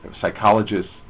psychologists